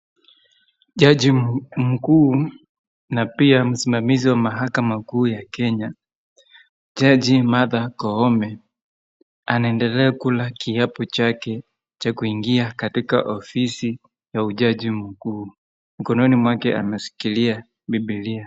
Jaji mkuu na pia msimamizi wa mahakama kuu ya Kenya, Jaji Martha Koome anaendelea kula kiapo chake cha kuingia katika ofisi ya ujaji mkuu. Mkononi mwake ameshikilia bibilia.